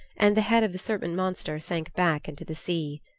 and the head of the serpent monster sank back into the sea.